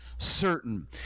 certain